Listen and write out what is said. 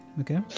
Okay